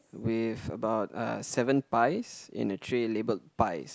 with about uh seven pies in a tray labelled pies